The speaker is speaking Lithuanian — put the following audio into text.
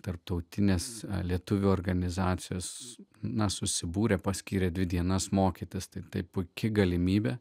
tarptautinės lietuvių organizacijos na susibūrė paskyrė dvi dienas mokytis taip tai puiki galimybė